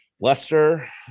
Lester